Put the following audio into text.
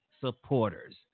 supporters